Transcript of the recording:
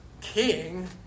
king